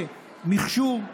במכשור,